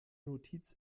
notiz